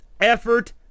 effort